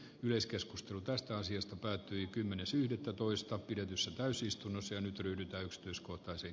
yleiskeskustelutästä asiasta päättyi kymmenes yhdettätoista pidetyssä täysistunnossa nyt ryhdytä yksityiskohtaisen